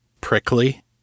prickly